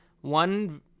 one